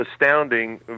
astounding